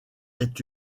est